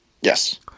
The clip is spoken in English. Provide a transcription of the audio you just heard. Yes